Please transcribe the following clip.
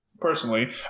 personally